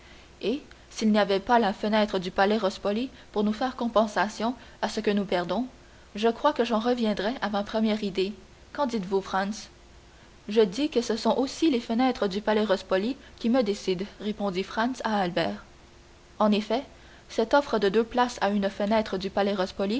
et s'il n'y avait pas la fenêtre du palais rospoli pour faire compensation à ce que nous perdons je crois que j'en reviendrais à ma première idée qu'en dites-vous franz je dis que ce sont aussi les fenêtres du palais rospoli qui me décident répondit franz à albert en effet cette offre de deux places à une fenêtre du